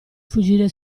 fuggire